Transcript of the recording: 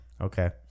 Okay